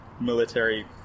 military